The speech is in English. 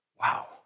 Wow